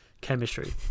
Chemistry